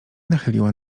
nachyliła